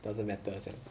doesn't matter 这样